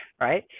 right